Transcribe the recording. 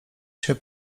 się